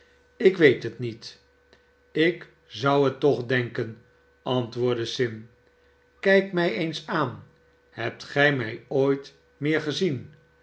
ik weet het niet ik zou het toch denken antwoordde sim kijk mij eens aan hebt gij mij ooit meer gezien